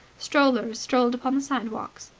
strollers strolled upon the sidewalks.